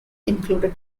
included